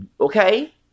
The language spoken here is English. Okay